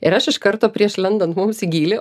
ir aš iš karto prieš lendant mums į gylį